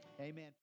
amen